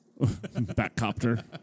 Batcopter